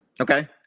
Okay